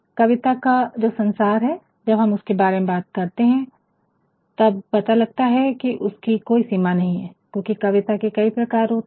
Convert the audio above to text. कविता का जो संसार है जब हम उसके बारे में बात करते है तब पता लगता है की उसकी कोई सीमा नहीं है क्योकि कविता के कई प्रकार होते है